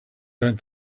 bent